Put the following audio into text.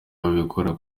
babikorera